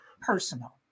personal